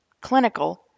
Clinical